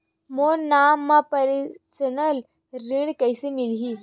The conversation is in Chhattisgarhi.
मोर नाम म परसनल ऋण कइसे मिलही?